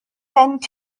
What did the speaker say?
sent